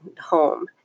home